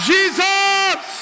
Jesus